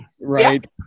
Right